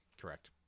Correct